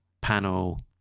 panel